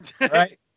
Right